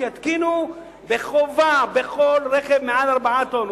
שיתקינו בחובה בכל רכב מעל 4 טונות,